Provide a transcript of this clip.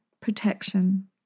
protection